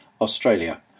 Australia